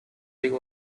legal